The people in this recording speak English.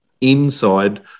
inside